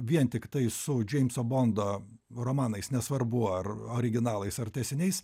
vien tiktai su džeimso bondo romanais nesvarbu ar originalais ar tęsiniais